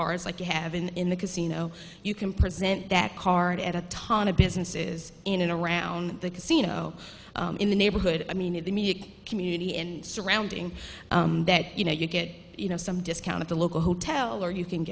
cards like you have been in the casino you can present that card at a ton of businesses in and around the casino in the neighborhood i mean in the community and surrounding that you know you get you know some discount at the local hotel or you can